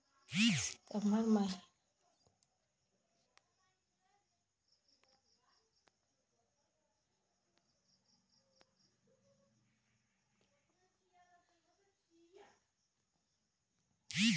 सितम्बर महीना में हमर खाता पर कय बार बार और केतना केतना पैसा अयलक ह?